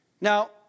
Now